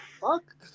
fuck